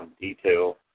detail